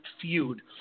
feud